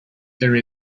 there